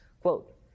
Quote